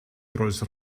rolls